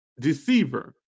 deceiver